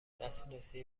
دسترسی